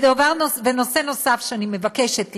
נושא נוסף שאני מבקשת לציין,